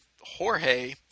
Jorge